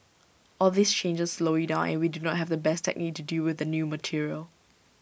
all these changes slow you down and we do not have the best technique to deal with the new material